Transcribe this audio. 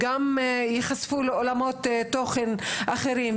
וגם ייחשפו לעולמות תוכן אחרים,